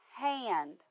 hand